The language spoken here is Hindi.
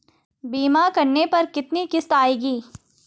बीमा करने पर कितनी किश्त आएगी?